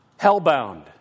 hellbound